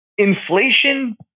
Inflation